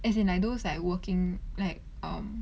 as in like those like working like um